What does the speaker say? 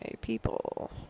people